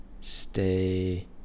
stay